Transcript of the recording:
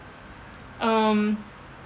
um